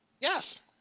Yes